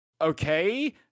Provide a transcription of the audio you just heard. okay